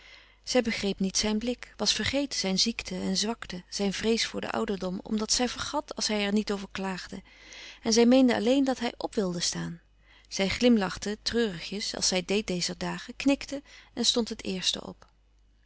zij begreep niet zijn blik was vergeten zijn ziekte en zwakte zijn vrees voor den ouderdom omdat zij vergat als hij er niet over klaagde en zij meende alleen dat hij op wilde staan zij glimlachte treurigjes als zij deed dezer dagen knikte en stond het eerste op